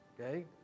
Okay